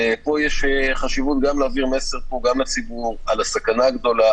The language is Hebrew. יש חשיבות להעביר מסר פה גם לציבור על הסכנה הגדולה,